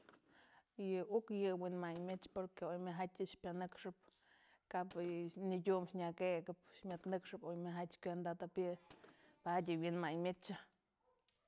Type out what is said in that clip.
Yë uk yë wynmañmechë porque oy majatyë yë pyanëkxëp kap yë nëdyun nyakëkëp myëd nëkxëp oy myajatyë kuenda'atëp yë padyë yë wi'imayn myetsë.